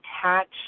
attach